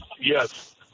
Yes